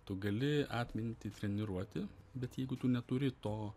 tu gali atmintį treniruoti bet jeigu tu neturi to